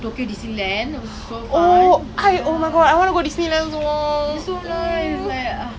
no really after I go japan and then like I touch real snow and cold right damn cold you know I couldn't even stay there